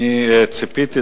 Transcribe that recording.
ציפיתי,